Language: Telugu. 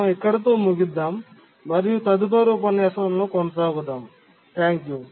మనం ఇక్కడితో ముగిద్దాం మరియు తదుపరి ఉపన్యాసంలో కొనసాగుదాము Thank you